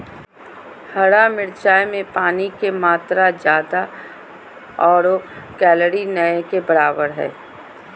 हरा मिरचाय में पानी के मात्रा ज्यादा आरो कैलोरी नय के बराबर हइ